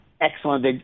excellent